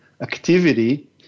activity